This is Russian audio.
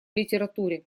литературе